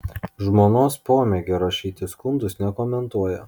žmonos pomėgio rašyti skundus nekomentuoja